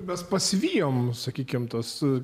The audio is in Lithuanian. mes pasivijome nusakykime tas